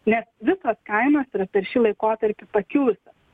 nes visos kainos yra per šį laikotarpį pakilusios